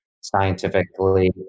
scientifically